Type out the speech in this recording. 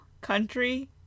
country